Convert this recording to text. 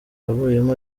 yavuyemo